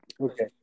Okay